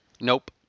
Nope